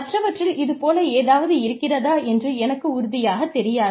மற்றவற்றில் இது போல ஏதாவது இருக்கிறதா என்று எனக்கு உறுதியாகத் தெரியாது